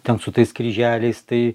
ten su tais kryželiais tai